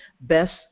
best